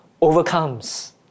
overcomes